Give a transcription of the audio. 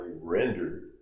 rendered